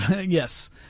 Yes